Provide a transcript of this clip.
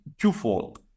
twofold